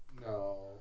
no